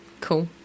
Cool